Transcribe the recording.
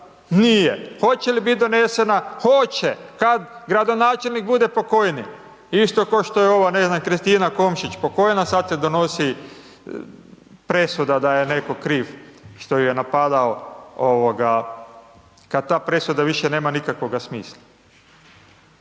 Nije. Hoće li biti donesena, hoće, kada gradonačelnik bude pokojni. Isto ko što je ova Kristina Komšić pokojna, sada se donosi presuda, da je netko kriv što ju je napadao, kada ta presuda više nema nikakvoga smisla.